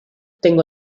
tengo